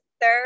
third